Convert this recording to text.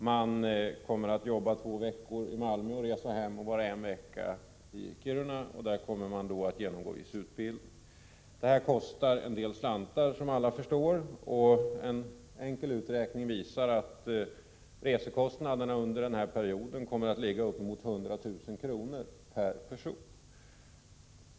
Det hela läggs upp så att man kommer att arbeta under en period av två veckor i Malmö, varefter man reser hem och genomgår viss utbildning i Kiruna under en vecka. Som alla förstår kostar detta en del pengar. En enkel uträkning visar att resekostnaderna under den här perioden kommer att ligga på uppemot 100 000 kr. per person.